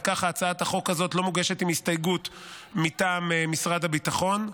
וככה הצעת החוק הזאת לא מוגשת עם הסתייגות מטעם משרד הביטחון,